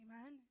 Amen